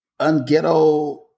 Unghetto